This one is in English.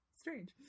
Strange